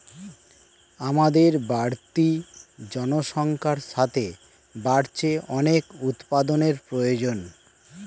আমাদের বাড়তি জনসংখ্যার সাথে বাড়ছে অনেক উপাদানের প্রয়োজন